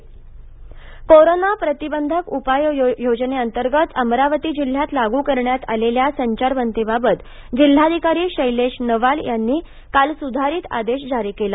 अमरावती संचारबंदी कोरोना प्रतिबंधक उपाययोजनेंतर्गत अमरावती जिल्ह्यात लागू करण्यात आलेल्या संचारबंदीबाबत जिल्हाधिकारी शैलेश नवाल यांनी काल सुधारित आदेश जारी केला